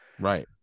right